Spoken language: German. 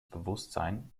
bewusstsein